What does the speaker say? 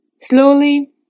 Slowly